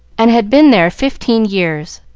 and had been there fifteen years,